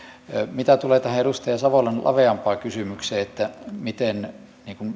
mitä tulee edustaja savolan laveampaan kysymykseen miten